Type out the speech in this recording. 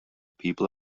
people